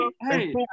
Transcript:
Hey